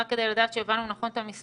רק כדי לדעת שהבנו נכון את המספרים,